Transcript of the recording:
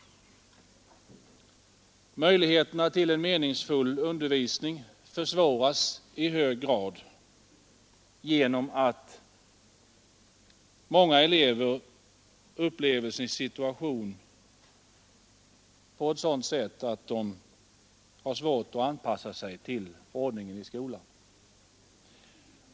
Möjligheterna till en meningsfull undervisning försvåras i hög grad genom att många elever upplever sin situation på sådant sätt att de har svårt att anpassa sig till ordningen i skolan.